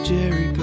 Jerry